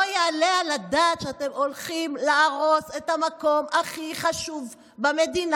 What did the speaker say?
לא יעלה על הדעת שאתם הולכים להרוס את המקום הכי חשוב במדינה